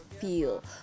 feel